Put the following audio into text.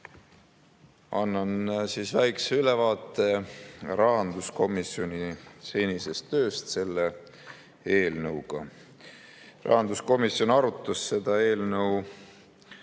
Annan väikese ülevaate rahanduskomisjoni senisest tööst selle eelnõuga. Rahanduskomisjon arutas seda eelnõu